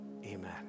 Amen